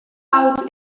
oud